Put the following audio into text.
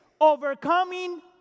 Overcoming